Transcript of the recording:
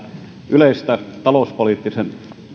yleistä talouspolitiikan